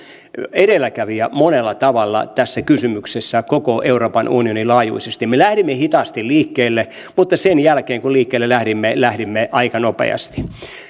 edelläkävijä monella tavalla tässä kysymyksessä koko euroopan unionin laajuisesti me lähdimme hitaasti liikkeelle mutta sen jälkeen kun liikkeelle lähdimme lähdimme aika nopeasti